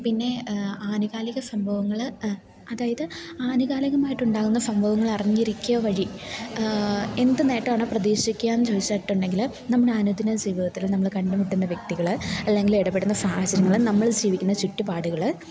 പിന്നെ ആനുകാലിക സംഭവങ്ങള് അതായത് ആനുകാലികമായിട്ടുണ്ടാകുന്ന സംഭവങ്ങള് അറിഞ്ഞിരിക്കുക വഴി എന്ത് നേട്ടമാണ് പ്രതീക്ഷിക്കുകയെന്ന് ചോദിച്ചിട്ടുണ്ടെങ്കില് നമ്മുടെ അനുദിന ജീവിതത്തില് നമ്മള് കണ്ടുമുട്ടുന്ന വ്യക്തികള് അല്ലെങ്കില് ഇടപെടുന്ന സാഹചര്യങ്ങള് നമ്മള് ജീവിക്കുന്ന ചുറ്റുപാടുകള്